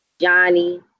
Johnny